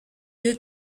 due